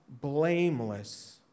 blameless